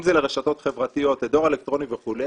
אם זה לרשתות חברתיות, לדואר אלקטרוני וכו',